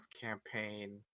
campaign